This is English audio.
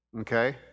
Okay